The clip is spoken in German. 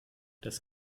das